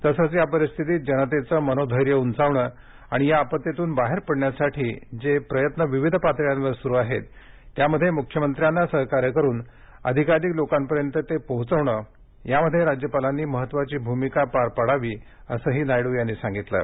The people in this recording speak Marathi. तसंच या परिस्थितीत जनतेचं मनोधैर्य उंचावणं आणि या आपत्तीतून बाहेर पाडण्यासाठी जे प्रयत्न विविध पातळ्यांवर सुरु आहेत त्यामध्ये मुख्यमंत्र्यांना सहकार्य करून अधिकाधिक लोकांपर्यंत ते पोहोचविणं यामध्ये राज्यपालांनी महत्त्वाची भूमिका पार पाडावी असंही नायडू यांनी म्हटलं आहे